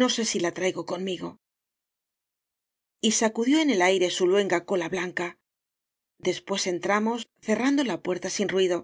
no sé si la traigo conmigo y sacudió en el aire su luenga cola blan ca después entramos cerrando la puerta sin ruido